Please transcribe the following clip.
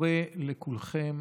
קורא לכולכם